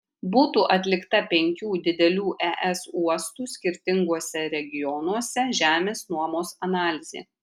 būtų atlikta penkių didelių es uostų skirtinguose regionuose žemės nuomos analizė